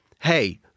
hey